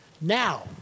Now